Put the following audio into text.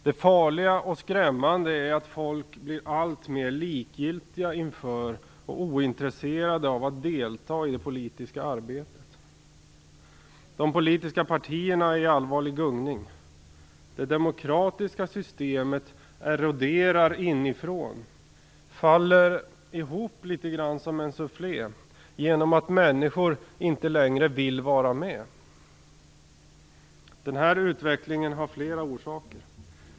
Det farliga och skrämmande är att människor blir alltmer likgiltiga inför och ointresserade av att delta i det politiska arbetet. De politiska partierna är i allvarlig gungning. Det demokratiska systemet eroderar inifrån. Det faller ihop litet grand som en sufflé genom att människor inte längre vill vara med. Den här utvecklingen har flera orsaker.